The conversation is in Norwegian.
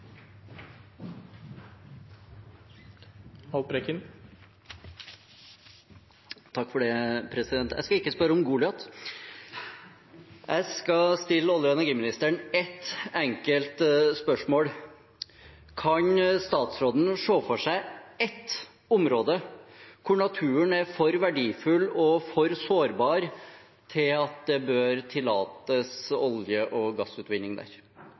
Jeg skal ikke spørre om Goliat. Jeg skal stille olje- og energiministeren et enkelt spørsmål: Kan statsråden se for seg ett område hvor naturen er for verdifull og for sårbar til at det bør tillates olje- og gassutvinning der?